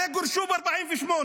הרי גורשו ב-48',